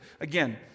again